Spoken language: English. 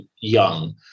young